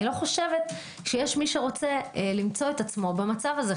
אני לא חושבת שיש מי שרוצה למצוא עצמו חלילה במצב הזה.